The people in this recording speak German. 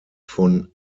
von